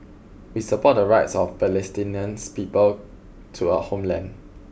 we support the rights of Palestinians people to a homeland